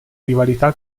rivalità